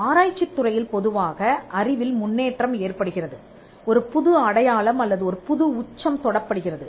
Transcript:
ஆராய்ச்சித் துறையில் பொதுவாக அறிவில் முன்னேற்றம் ஏற்படுகிறது ஒரு புது அடையாளம் அல்லது ஒரு புது உச்சம் தொடப் படுகிறது